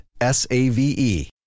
S-A-V-E